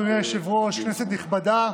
אדוני היושב-ראש, כנסת נכבדה,